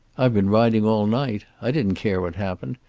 i've been riding all night. i didn't care what happened.